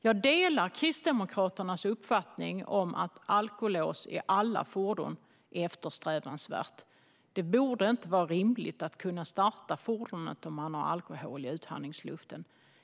Jag delar Kristdemokraternas uppfattning om att alkolås i alla fordon är eftersträvansvärt. Det borde inte vara rimligt att kunna starta fordonet om man har alkohol i utandningsluften.